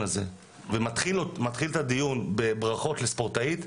הזה ומתחיל אותו בברכות לספורטאיות,